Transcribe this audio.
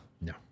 No